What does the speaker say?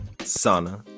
sana